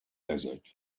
desert